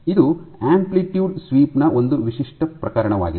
ಇದು amplitude sweep ನ ಒಂದು ವಿಶಿಷ್ಟ ಪ್ರಕರಣವಾಗಿದೆ